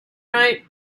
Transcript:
right